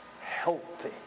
healthy